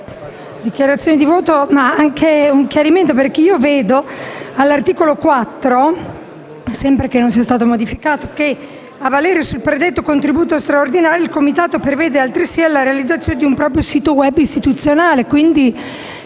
dichiarazione di voto.